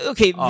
Okay